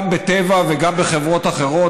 גם בטבע וגם בחברות אחרות.